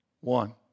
One